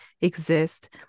exist